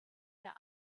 der